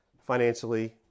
financially